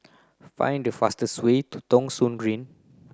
find the fastest way to Thong Soon Green